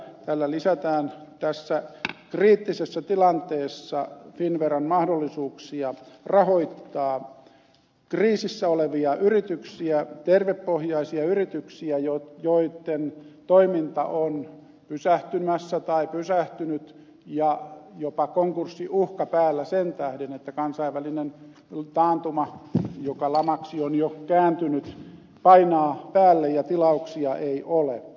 tällä lisätään tässä kriittisessä tilanteessa finnveran mahdollisuuksia rahoittaa kriisissä olevia yrityksiä tervepohjaisia yrityksiä joitten toiminta on pysähtymässä tai pysähtynyt ja on jopa konkurssiuhka päällä sen tähden että kansainvälinen taantuma joka lamaksi on jo kääntynyt painaa päälle ja tilauksia ei ole